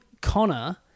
Connor